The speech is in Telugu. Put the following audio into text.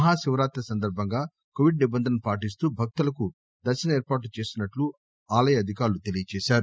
మహాశివరాత్రి సందర్బంగా కోవిడ్ నిబంధనలను పాటిస్తూ భక్తులకు దర్పన ఏర్పాట్లు చేస్తున్నట్టు ఆలయ అధికారులు తెలిపారు